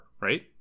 right